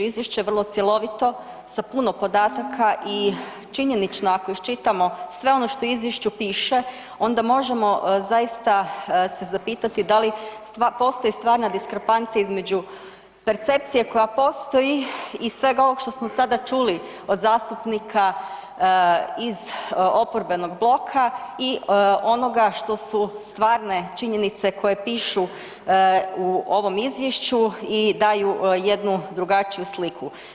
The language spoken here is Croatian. Izvješće je vrlo cjelovito, sa puno podataka i činjenično ako ih čitamo, sve ono što u izvješću piše, onda možemo zaista se zapitati da li postoji stvarna diskrepancija između percepcije koja postoji iz svega ovog što smo sada čuli od zastupnika iz oporbenog bloka i onoga što su stvarne činjenice koje pišu u ovom izvješću i daju jednu drugačiju sliku.